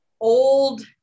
old